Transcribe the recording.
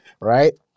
right